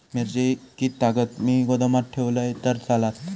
मिरची कीततागत मी गोदामात ठेवलंय तर चालात?